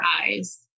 eyes